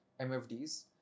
mfds